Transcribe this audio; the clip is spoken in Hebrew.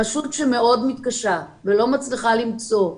רשות שמאוד מתקשה ולא מצליחה למצוא,